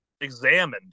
examined